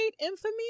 infamy